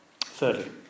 Thirdly